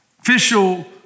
official